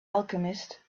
alchemist